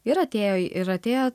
ir atėjo ir atėjo